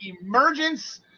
Emergence